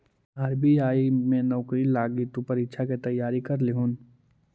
RBI में नौकरी लागी तु परीक्षा के तैयारी कर लियहून